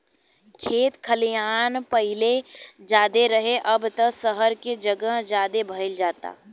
खेत खलिहान पाहिले ज्यादे रहे, अब त सहर के जगह ज्यादे भईल जाता